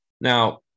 now